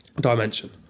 Dimension